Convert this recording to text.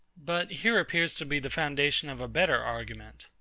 but here appears to be the foundation of a better argument.